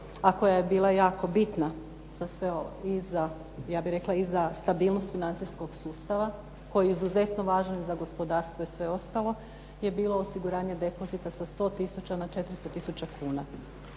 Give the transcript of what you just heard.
a koja je bila jako bitna za sve ovo, ja bih rekla i za stabilnost financijskog sustava koji je izuzetno važan i za gospodarstvo i za ostalo, je bilo osiguranje depozita sa 100 tisuća na 400 tisuća kuna.